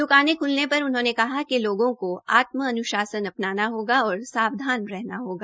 द्काने ख्लने पर उन्होंने कहा कि लोगों को आत्म अन्शासन अपनाना होगा और सावधान रहना होगा